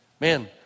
Man